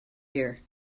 here